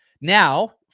Now